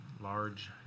Large